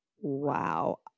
wow